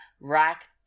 rack